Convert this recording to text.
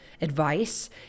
advice